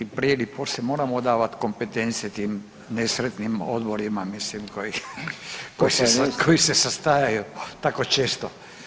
Ali i prije i poslije moramo davati kompetencije tim nesretnim odborima, mislim koji se sastaju tako često.